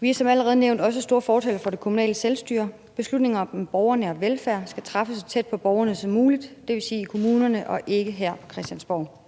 Vi er som allerede nævnt store fortalere for det kommunale selvstyre. Beslutninger om den borgernære velfærd skal træffes så tæt på borgerne som muligt, og det vil sige af kommunerne og ikke her på Christiansborg.